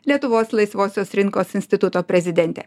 lietuvos laisvosios rinkos instituto prezidentė